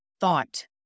thought